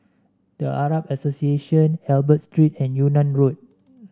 The Arab Association Albert Street and Yunnan Road